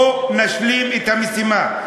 בואו נשלים את המשימה.